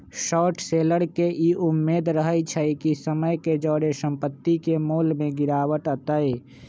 short seller के इ उम्मेद रहइ छइ कि समय के जौरे संपत्ति के मोल में गिरावट अतइ